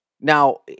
Now